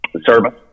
service